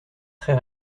très